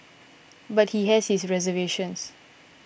but he has his reservations